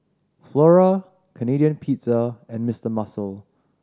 Flora Canadian Pizza and Mister Muscle